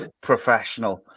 Professional